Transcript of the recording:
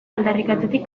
aldarrikatzetik